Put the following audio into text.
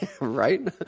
Right